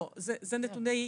לא, אלו נתוני בסיס.